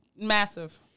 Massive